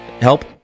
help